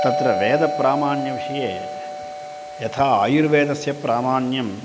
तत्र वेदप्रामाण्यविषये यथा आयुर्वेदस्य प्रामाण्यम्